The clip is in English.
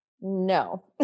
No